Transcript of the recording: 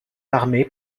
l’armée